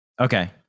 Okay